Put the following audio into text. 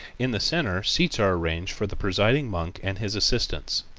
in the center seats are arranged for the presiding monk and his assistants.